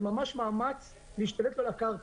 זה ממש מאמץ להשתלט על הקרקע.